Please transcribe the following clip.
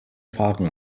fahren